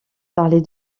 parler